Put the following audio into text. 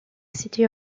city